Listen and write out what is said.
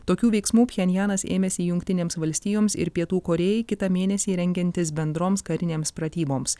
tokių veiksmų pchenjanas ėmėsi jungtinėms valstijoms ir pietų korėjai kitą mėnesį rengiantis bendroms karinėms pratyboms